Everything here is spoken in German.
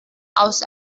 aus